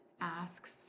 asks